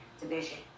division